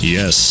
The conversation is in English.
Yes